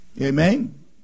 Amen